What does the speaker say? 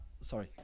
sorry